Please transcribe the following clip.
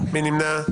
מי נמנע?